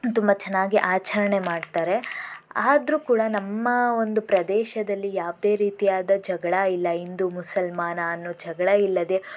ತುಂಬ ಚೆನ್ನಾಗಿ ಆಚರಣೆ ಮಾಡ್ತಾರೆ ಆದರೂ ಕೂಡ ನಮ್ಮ ಒಂದು ಪ್ರದೇಶದಲ್ಲಿ ಯಾವುದೇ ರೀತಿಯಾದ ಜಗಳ ಇಲ್ಲ ಹಿಂದೂ ಮುಸಲ್ಮಾನ ಅನ್ನೋ ಜಗಳ ಇಲ್ಲದೆ